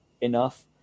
enough